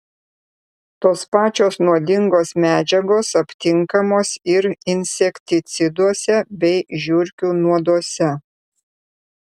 tos pačios nuodingos medžiagos aptinkamos ir insekticiduose bei žiurkių nuoduose